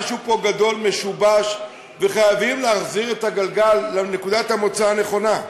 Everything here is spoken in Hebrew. משהו פה גדול משובש וחייבים להחזיר את הגלגל לנקודת המוצא הנכונה.